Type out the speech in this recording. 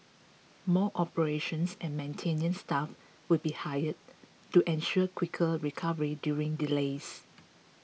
more operations and maintenance staff will be hired to ensure quicker recovery during delays